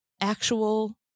actual